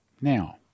Now